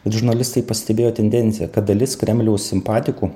ir žurnalistai pastebėjo tendenciją kad dalis kremliaus simpatikų